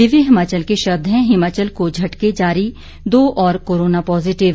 दिव्य हिमाचल के शब्द हैं हिमाचल को झटके जारी दो और कोरोना पॉजिटिव